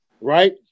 right